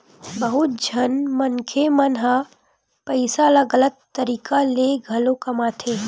बहुत झन मनखे मन ह पइसा ल गलत तरीका ले घलो कमाथे